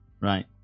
Right